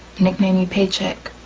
nicknamed me paycheck.